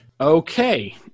Okay